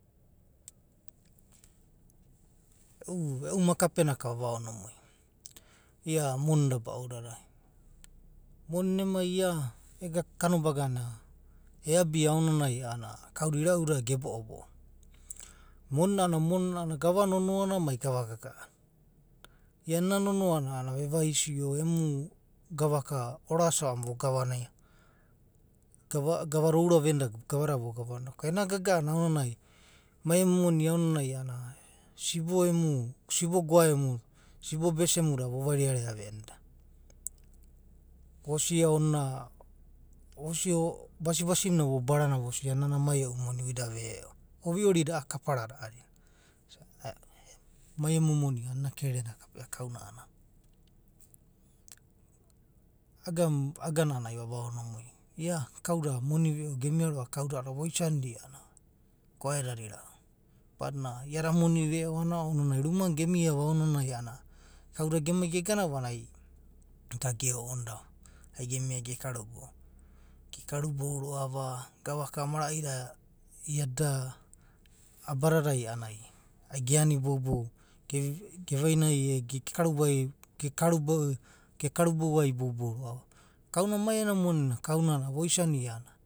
E’u. e’u makapeana ka vava oni mui. ia moni da baudadai. Moni emai ia ega kanobagana eabia aonanai a’anana kauda inau dada ge bo’o bo’o. Moni a’anana gava nonana mai gava gaga’ana. Iana enz nonoana a’anana ve vaisio emu gavaka orasia va a’anana voganania. gava da oura venida a’adada vogavanida ko ena gaga ana aonanai mai emu moni aonanai. sibo emu. sibo goa emu a’a. sib obese muda vovairearea venida. vosia onina, vosia basi basi muna barania vosia nana mai e’u moni. uida veo. vovioridia a’a kaparada a’adina mai emu moni a’anana ena kererena kapea kauna’anana. Iagana. agana a’anana ai vavaoni mui, ia kauda moni veo gemia roa’va kaudada a’adada voisanidia goaedada inau badinana iada moni veo ounanai runianai geniava a’anana kauda gemai gegana vanai va da geonidava ai gemia ge karubouva. Ge karu bou roa’va, gavaka maraida iada abadadai a’anana geanoi, boubou gavainai e ge karubo ge karu bou ai boubou roa’va. Kauna mai ena moni kauna voisaia a’anana